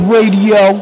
Radio